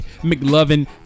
McLovin